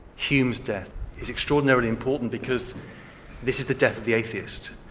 hume's death is extraordinarily important because this is the death of the atheist.